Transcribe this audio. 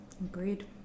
Agreed